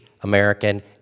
American